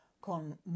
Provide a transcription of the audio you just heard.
Con